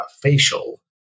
facial